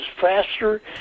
faster